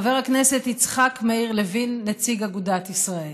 חבר הכנסת יצחק מאיר לוין, נציג אגודת ישראל.